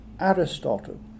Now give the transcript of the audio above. Aristotle